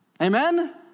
Amen